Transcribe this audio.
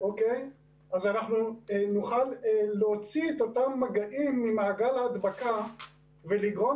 אז אנחנו נוכל להוציא את אותם מגעים ממעגל הדבקה ולגרום